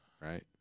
right